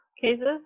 cases